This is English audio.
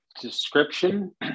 description